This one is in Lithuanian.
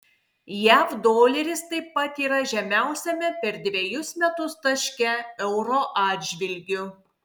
jav doleris taip pat yra žemiausiame per dvejus metus taške euro atžvilgiu